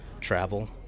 travel